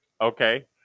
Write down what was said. Okay